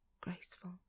graceful